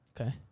Okay